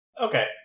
Okay